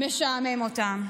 משעמם אותם.